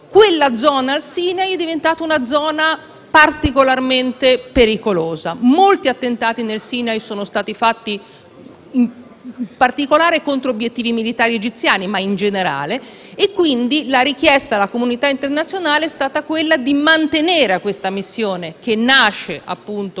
la zona del Sinai è diventata particolarmente pericolosa: molti attentati nel Sinai sono stati fatti, in particolare contro obiettivi militari egiziani ma anche in generale. Pertanto, la richiesta alla comunità internazionale è stata quella di mantenere questa missione che nasce in un